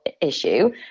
issue